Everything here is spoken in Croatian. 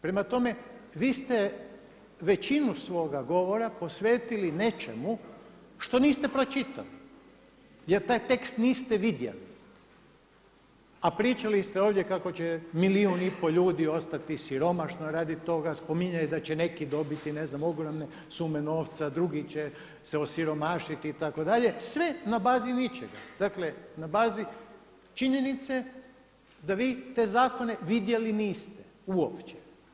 Prema tome, vi ste većinu svoga govora posvetili nečemu što niste pročitali jer taj tekst niste vidjeli, a pričali ste ovdje kako će 1,5 milijun ljudi ostati siromašno radi toga, spominjali da će neki dobiti ne znam ogromne sume novca, drugi će se osiromašiti itd. sve na bazi ničega, dakle na bazi činjenice da vi te zakone vidjeli niste uopće.